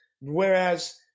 Whereas